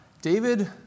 David